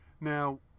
Now